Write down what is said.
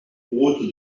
route